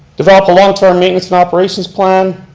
develop a longterm maintenance and operations plan.